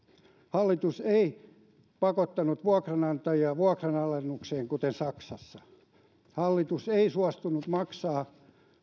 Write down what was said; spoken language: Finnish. hallitus ei pakottanut vuokranantajia vuokranalennuksiin kuten saksassa hallitus ei suostunut maksamaan